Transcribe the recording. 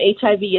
HIV